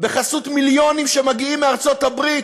בחסות מיליונים שמגיעים מארצות-הברית,